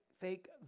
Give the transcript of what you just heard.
fake